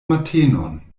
matenon